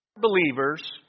believers